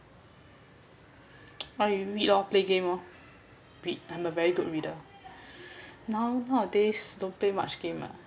ah you read oh play game oh I'm a very good reader now nowadays don't pay much game ah